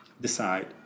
Decide